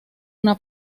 una